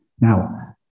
Now